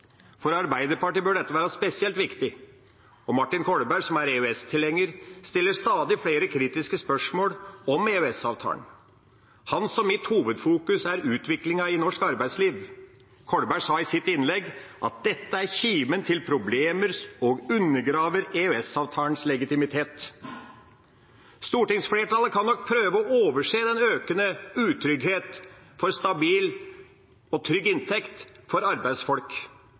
For Arbeiderpartiet bør dette være spesielt viktig. Martin Kolberg, som er EØS-tilhenger, stiller stadig flere kritiske spørsmål om EØS-avtalen. Hans og mitt hovedfokus er utviklingen i norsk arbeidsliv. Kolberg sa i sitt innlegg at dette er en kime til problemer og undergraver EØS-avtalens legitimitet. Stortingsflertallet kan nok prøve å overse den økende utryggheten for stabil og trygg inntekt for arbeidsfolk.